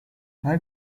how